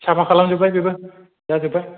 साफा खालाम जोब्बाय बेबो जाजोब्बाय